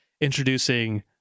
introducing